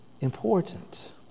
important